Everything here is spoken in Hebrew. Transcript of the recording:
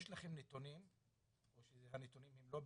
יש לכם נתונים או שהנתונים לא בידכם...